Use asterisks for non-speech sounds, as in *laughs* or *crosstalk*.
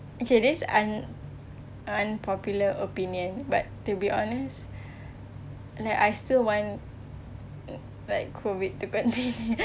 okay this un~ unpopular opinion but to be honest *breath* like I still want *noise* um like COVID to continue *laughs*